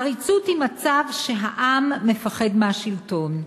עריצות היא מצב שהעם מפחד מהשלטון,